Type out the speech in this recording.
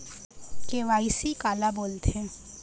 KYC काला बोलथें?